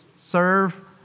serve